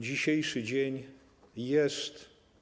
Dzisiejszy dzień jest.